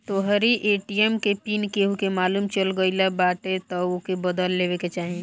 तोहरी ए.टी.एम के पिन केहू के मालुम चल गईल बाटे तअ ओके बदल लेवे के चाही